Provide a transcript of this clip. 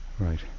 right